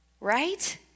Right